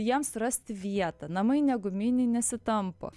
jiems surasti vietą namai ne guminiai nesitampo